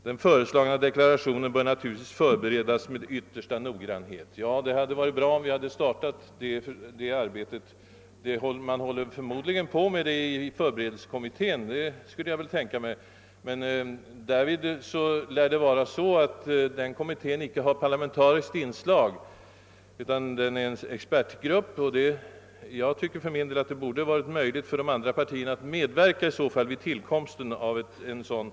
Den föreslagna deklarationen bör naturligtvis förberedas med yttersta noggrannhet.» Det hade varit bra om vi nu hade startat arbetet på en sådan deklaration. Man håller kanske på med detta i förberedelsekommittén — det skulle jag tänka mig — men denna kommitté lär icke ha parlamentariskt inslag, utan den är en expertgrupp. Enligt min mening borde det ha varit möjligt för de andra partierna att medverka vid tillkomsten av ett förslag till en deklaration som den här nämnda.